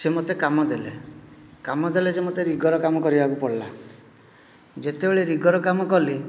ସେ ମୋତେ କାମ ଦେଲେ କାମ ଦେଲେ ଯେ ମୋତେ ରିଗର କାମ କରିବାକୁ ପଡ଼ିଲା ଯେତେବେଳେ ରିଗର କାମ କଲି